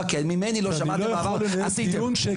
וממני לא שמעתם כלום על מה שעשיתם בעבר.